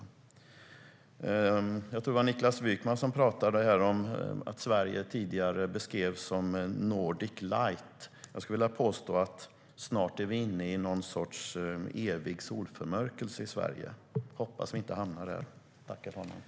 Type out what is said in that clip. Jag tror att det var Niklas Wykman som pratade om att Sverige tidigare beskrevs som the Nordic light. Jag skulle vilja påstå att vi snart är inne i någon sorts evig solförmörkelse i Sverige. Jag hoppas att vi inte hamnar där.